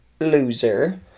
loser